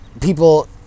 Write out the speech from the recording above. people